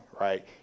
right